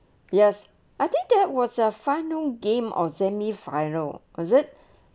yes I think that was a final game or semi final cause it